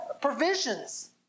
provisions